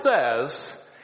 says